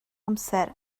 amser